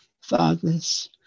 fathers